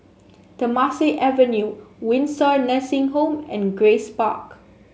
Temasek Avenue Windsor Nursing Home and Grace Park